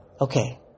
okay